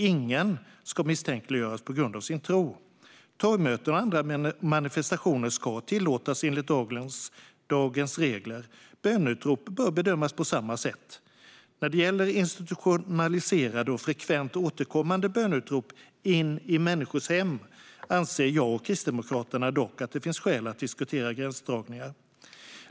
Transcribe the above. Ingen ska misstänkliggöras på grund av sin tro. Torgmöten och andra manifestationer ska tillåtas enligt dagens regler; böneutrop bör bedömas på samma sätt. När det gäller institutionaliserade och frekvent återkommande böneutrop in i människors hem anser jag dock att det finns skäl att diskutera gränsdragningar.